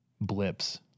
blips